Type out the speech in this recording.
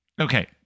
okay